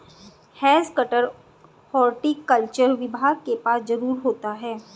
has cutter horticulture विभाग के पास जरूर होता है